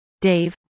Dave